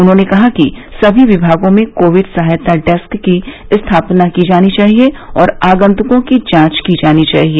उन्होंने कहा कि सभी विभागों में कोविड सहायता डेस्क की स्थापना की जानी चाहिए और आगन्तुकों की जांच की जानी चाहिए